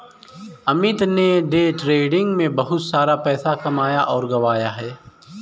अमित ने day trading में बहुत सारा पैसा कमाया और गंवाया है